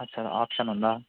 అచ్చా ఆప్షన్ ఉందా